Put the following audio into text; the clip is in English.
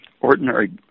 ordinary